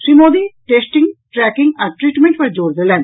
Shri Modi testing tracking आ treatment पर जोर देलनि